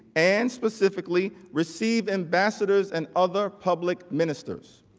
and specifically receive ambassadors and other public ministers.